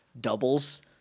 Doubles